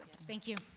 thank you